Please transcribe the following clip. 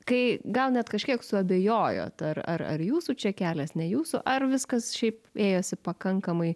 kai gal net kažkiek suabejojot ar ar jūsų čia kelias ne jūsų ar viskas šiaip ėjosi pakankamai